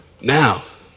Now